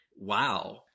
wow